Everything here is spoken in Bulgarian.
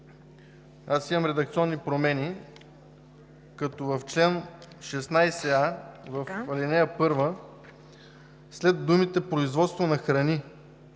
за редакционни промени, като в чл. 16а в ал. 1 след думите „производство на храни“